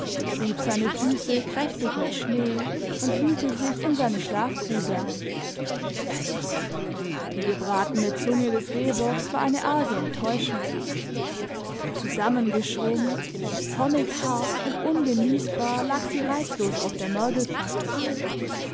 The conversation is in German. rieb seine füße kräftig mit schnee und wühlte sich in seine schlafgrube ein die gebratene zunge des rehbocks war eine arge enttäuschung zusammengeschrumpft hornig hart und ungenießbar lag sie reizlos auf der